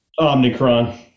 Omicron